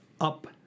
up